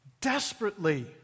desperately